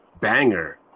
banger